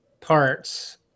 parts